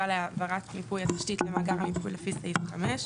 להעברת מיפוי תשתית למאגר המיפוי לפי סעיף 5,